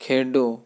ਖੇਡੋ